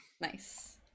Nice